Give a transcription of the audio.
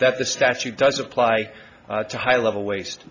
that the statute does apply to high level waste